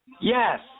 Yes